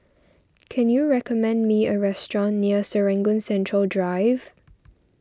can you recommend me a restaurant near Serangoon Central Drive